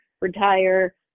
retire